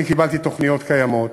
אני קיבלתי תוכניות קיימות.